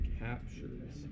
captures